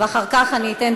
ואחר כך אני אתן,